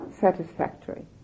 satisfactory